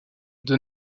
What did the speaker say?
été